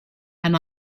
and